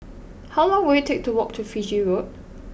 how long will it take to walk to Fiji Road